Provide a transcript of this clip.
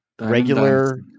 regular